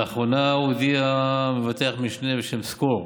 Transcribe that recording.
לאחרונה הודיע מבטח משנה בשם "סקור",